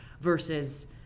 versus